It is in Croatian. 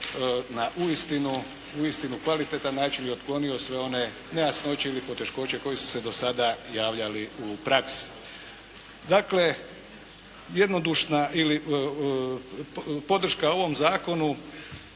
na uistinu kvalitetan način i otklonio sve one nejasnoće ili poteškoće koje su se do sada javljale u praksi. Dakle, jednodušna podrška ovom zakonu